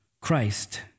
Christ